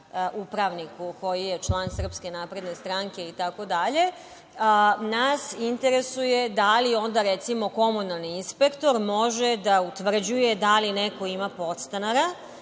upravniku koji je član Srpske napredne stranke, itd. Nas interesuje da li onda recimo komunalni inspektor može da utvrđuje da li neko ima podstanara